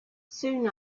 soon